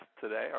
today